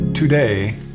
Today